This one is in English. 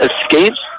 escapes